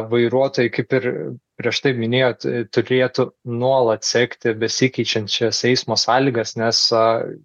vairuotojai kaip ir prieš tai minėjot turėtų nuolat sekti besikeičiančias eismo sąlygas nes a